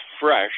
fresh